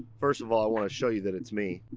first of all, i want to show you that it's me,